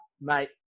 mate